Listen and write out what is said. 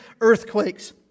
earthquakes